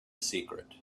secret